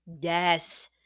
Yes